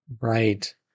Right